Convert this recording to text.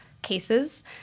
cases